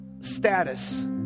status